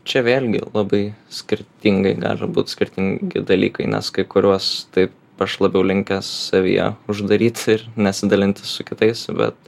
čia vėlgi labai skirtingai gali būt skirtingi dalykai nes kai kuriuos taip aš labiau linkęs savyje uždaryt ir nesidalinti su kitais bet